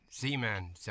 Z-Man